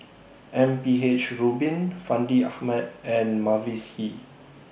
M P H Rubin Fandi Ahmad and Mavis Hee